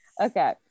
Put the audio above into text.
Okay